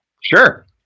Sure